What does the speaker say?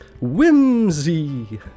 Whimsy